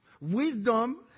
Wisdom